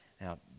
Now